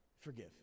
Forgive